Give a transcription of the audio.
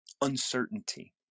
uncertainty